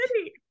City